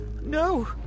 No